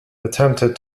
attempted